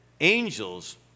angels